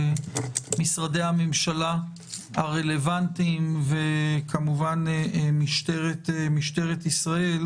על משרדי הממשלה הרלוונטיים וכמובן משטרת ישראל,